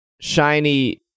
shiny